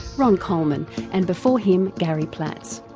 ron coleman and before him, gary platz.